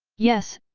yes,